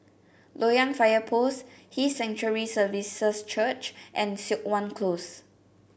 Loyang Fire Post His Sanctuary Services Church and Siok Wan Close